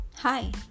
Hi